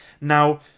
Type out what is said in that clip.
Now